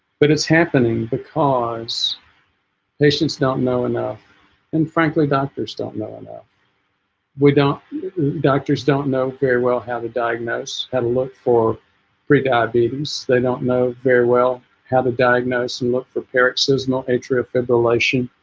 but it's happening because patients don't know enough and frankly doctors don't know enough we don't doctors don't know very well how to diagnose how to look for prediabetes they don't know very well how to diagnose and look for paroxysmal atrial fibrillation